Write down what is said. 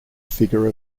figure